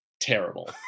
terrible